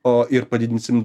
o ir padidinsim